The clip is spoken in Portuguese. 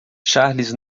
charles